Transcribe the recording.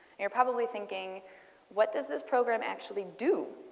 you are probably thinking what does this program actually do?